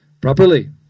properly